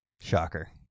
Shocker